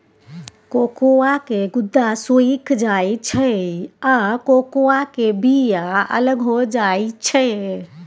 cocoa के गुद्दा सुइख जाइ छइ आ कोकोआ के बिया अलग हो जाइ छइ